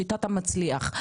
שיטת המצליח.